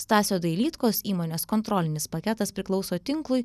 stasio dailydkos įmonės kontrolinis paketas priklauso tinklui